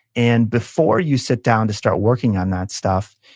and before you sit down to start working on that stuff,